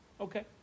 okay